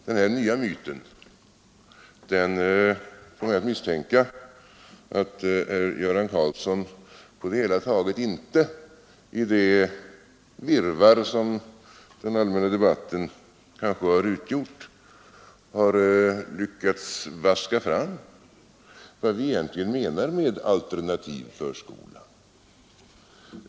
Denna nya myt får mig att misstänka att herr Göran Karlsson, i det virrvarr som den allmänna debatten kanske har utgjort, på det hela taget inte har lyckats vaska fram vad vi egentligen menar med alternativ förskola.